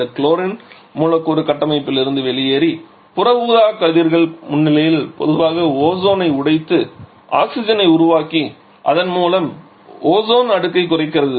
இந்த குளோரின் மூலக்கூறு கட்டமைப்பிலிருந்து வெளியேறி புற ஊதா கதிர்கள் முன்னிலையில் பொதுவாக ஓசோனை உடைத்து ஆக்ஸிஜனை உருவாக்கி அதன் மூலம் ஓசோன் அடுக்கைக் குறைக்கிறது